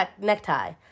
necktie